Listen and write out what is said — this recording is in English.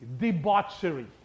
debauchery